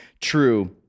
true